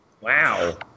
Wow